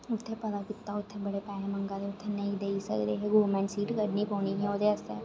उत्थै पता कीता उत्थै बड़े पैसे मंगा दे उत्थै नेईं देई सकदे हे गवर्नमेंट सीट कड्ढनी पौनी ही ओह्दे आस्तै